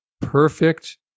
perfect